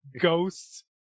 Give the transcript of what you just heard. ghosts